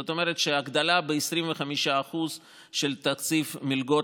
זאת אומרת שההגדלה ב-25% של תקציב מלגות